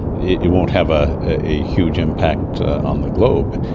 it won't have ah a huge impact on the globe.